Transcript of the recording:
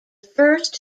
first